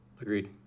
Agreed